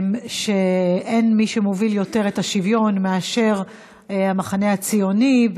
שאין מי שמוביל יותר את השוויון מאשר המחנה הציוני,